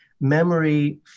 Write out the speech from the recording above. memory